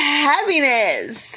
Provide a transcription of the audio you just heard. happiness